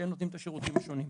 שהם נותנים את השירותים השונים,